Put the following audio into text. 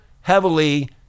heavily